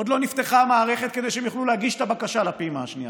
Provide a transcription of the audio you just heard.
בכלל עוד לא נפתחה המערכת כדי שהם יוכלו להגיש את הבקשה לפעימה השנייה.